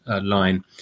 line